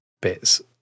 bits